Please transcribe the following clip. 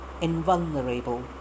invulnerable